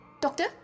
Doctor